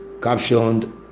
captioned